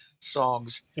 songs